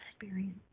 experience